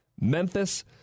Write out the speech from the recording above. Memphis